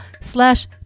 slash